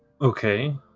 Okay